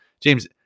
James